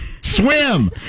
swim